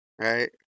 Right